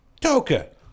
Toka